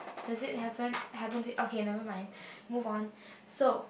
does it happen happen to okay never mind move on so